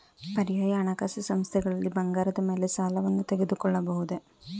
ಪರ್ಯಾಯ ಹಣಕಾಸು ಸಂಸ್ಥೆಗಳಲ್ಲಿ ಬಂಗಾರದ ಮೇಲೆ ಸಾಲವನ್ನು ತೆಗೆದುಕೊಳ್ಳಬಹುದೇ?